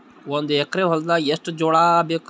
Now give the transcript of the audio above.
ಒಂದು ಎಕರ ಹೊಲದಾಗ ಎಷ್ಟು ಜೋಳಾಬೇಕು?